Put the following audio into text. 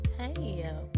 Hey